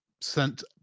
sent